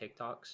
TikToks